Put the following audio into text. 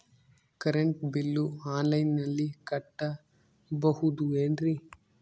Current bill ಆನ್ಲೈನಿನಲ್ಲಿ ಕಟ್ಟಬಹುದು ಏನ್ರಿ?